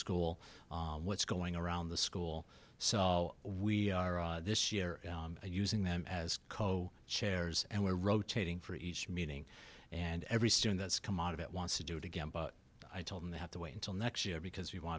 school what's going around the school so we this year using them as co chairs and we're rotating for each meeting and every student that's come out of it wants to do it again i told them they have to wait until next year because we want